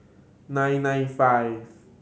nine nine five